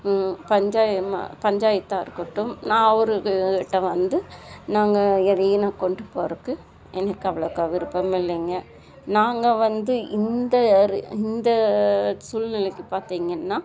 பஞ்சாயமா பஞ்சாயத்தாக இருக்கட்டும் நான் அவருக்கிட்ட வந்து நாங்கள் எதையும் நான் கொண்டு போகிறக்கு எனக்கு அவ்வளோக்கா விருப்பம் இல்லைங்க நாங்கள் வந்து இந்த ஒரு இந்த சூழ்நிலைக்கு பார்த்தீங்கன்னா